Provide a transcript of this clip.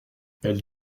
elle